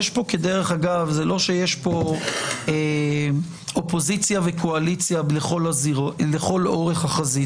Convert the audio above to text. יש פה כדרך אגב זה לא שיש פה אופוזיציה וקואליציה לכל אורך החזית